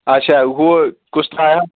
اچھا ہُہ کُس تراوکھ